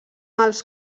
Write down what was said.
els